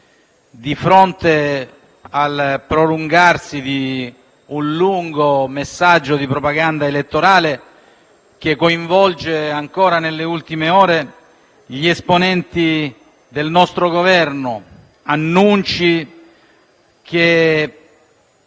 di fronte al prolungarsi di un lungo messaggio di propaganda elettorale che coinvolge, ancora nelle ultime ore, gli esponenti del nostro Governo. Si